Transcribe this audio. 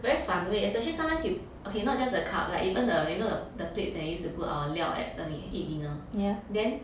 very 反胃 especially sometimes you okay not just the cup like even the you know the the plates that we use to put our 料 at when we eat dinner then